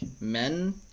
men